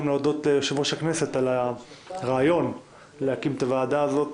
צריך להודות גם ליושב-ראש הכנסת על הרעיון להקים את הוועדה הזאת,